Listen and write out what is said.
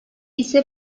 ise